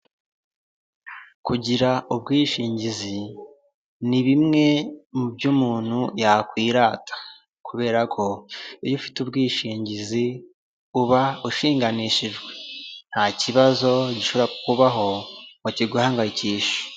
Kugira ubwishingizi, ni bimwe mu byo umuntu yakwirata, kubera ko iyo ufite ubwishingizi uba ushinganishijwe, nta kibazo gishobora kukubaho ngo kiguhangayikishe.